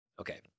Okay